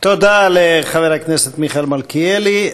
תודה לחבר הכנסת מיכאל מלכיאלי.